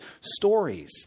stories